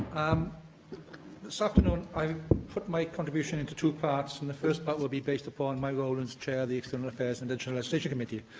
um this afternoon, i'll put my contribution into two parts, and the first part will be based upon my role as chair of the external affairs and additional legislation committee.